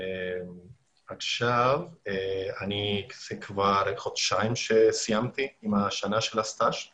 עכשיו עברו חודשיים מאז סיימתי את שנת ההתמחות